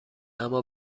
اما